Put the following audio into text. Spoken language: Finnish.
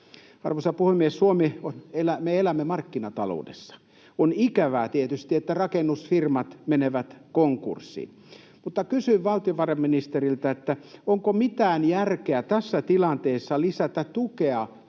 Arvoisa puhemies! Me Suomessa elämme markkinataloudessa. On ikävää tietysti, että rakennusfirmat menevät konkurssiin, mutta kysyn valtiovarainministeriltä: onko mitään järkeä tässä tilanteessa lisätä tukea